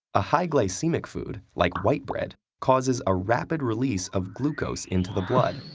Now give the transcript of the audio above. a high glycemic food, like white bread, causes a rapid release of glucose into the blood,